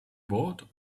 bought